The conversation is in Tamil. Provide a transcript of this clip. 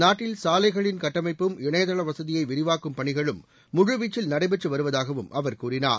நாட்டில் சாலைகளின் கட்டமைப்பும் இணையதள வசதியை விரிவாக்கும் பணிகளும் முழுவீச்சில் நடைபெற்று வருவதாகவும் அவர் கூறினார்